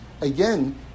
again